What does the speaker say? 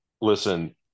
Listen